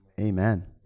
Amen